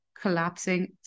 collapsing